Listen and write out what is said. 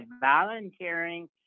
volunteering